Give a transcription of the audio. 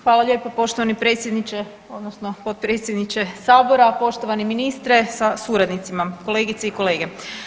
Hvala lijepo poštovani predsjedniče, odnosno potpredsjedniče Sabora, poštovani ministre sa suradnicima, kolegice i kolege.